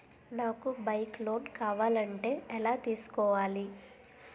నాకు bike loan కావాలంటే ఎలా తీసుకోవాలి?